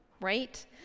Right